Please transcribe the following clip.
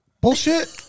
Bullshit